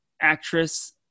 actress